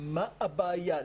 מה הבעיה?